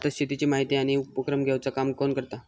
भारतात शेतीची माहिती आणि उपक्रम घेवचा काम कोण करता?